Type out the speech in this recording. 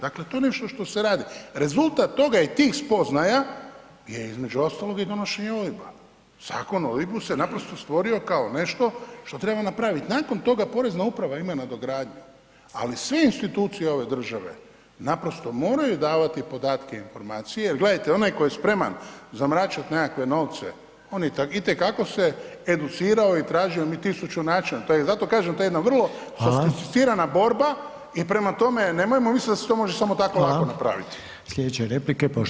Dakle, to je nešto što se radi, rezultat toga i tih spoznaja je između ostaloga i donošenje OIB-a, Zakon o OIB-u se naprosto stvorio kao nešto što treba napravit, nakon toga porezna uprava ima nadogradnju, ali sve institucije ove države naprosto moraju davati podatke i informacije, jel gledajte, onaj tko je spreman zamračit nekakve novce, on itekako se educirao i tražio tisuću načina, to je, zato kažem, to je jedna vrlo sofistificirana borba i prema tome nemojmo misliti da se to može samo tako lako napraviti.